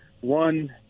one